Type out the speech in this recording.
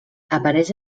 apareix